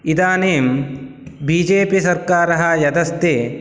इदानीं BJP सर्कारः यदस्ति